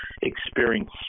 experience